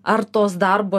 ar tos darbo